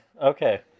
okay